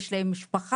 יש להם משפחה,